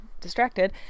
distracted